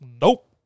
Nope